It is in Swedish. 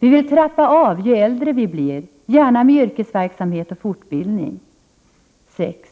Vi vill trappa av ju äldre vi blir, gärna med yrkesverksamhet och fortbildning. 6.